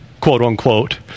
quote-unquote